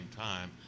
time